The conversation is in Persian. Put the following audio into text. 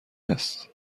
است